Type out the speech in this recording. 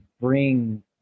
bring